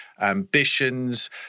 ambitions